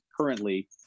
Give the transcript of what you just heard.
Currently